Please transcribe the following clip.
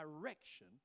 direction